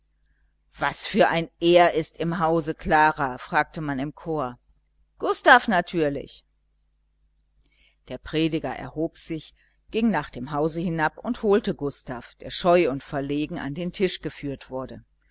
was für ein er ist im hause klara fragte man im chor gustav natürlich der prediger erhob sich ging nach dem hause hinab und holte gustav der scheu und verlegen an den tisch geführt wurde